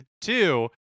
two